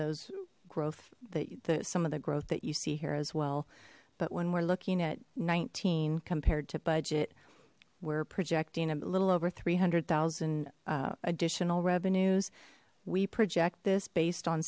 those growth the the some of the growth that you see here as well but when we're looking at nineteen compared to budget we're projecting a little over three hundred thousand additional revenues we project this based on